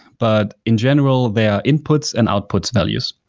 but in general they are inputs and outputs values.